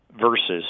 versus